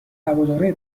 هوادارای